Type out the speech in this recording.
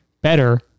better